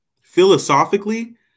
Philosophically